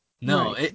No